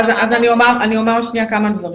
אז אני אומר כמה דברים.